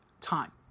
time